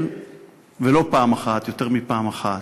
ולא פעם אחת, יותר מפעם אחת.